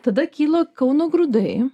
tada kilo kauno grūdai